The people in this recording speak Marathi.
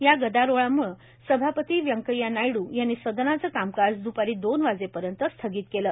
या गदारोळामुळे सभापती व्यंकय्या नायड् यांनी सदनाचं कामकाज दुपारी दोन वाजेपर्यंत स्थगित केलं